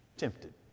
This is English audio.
tempted